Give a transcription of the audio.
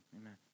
amen